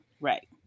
right